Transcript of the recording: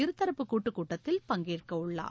இருதரப்பு கூட்டு கூட்டத்தில் பங்கேற்கவுள்ளார்